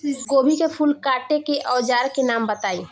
गोभी के फूल काटे के औज़ार के नाम बताई?